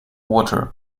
water